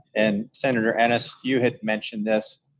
and senator ennis, you had mentioned this,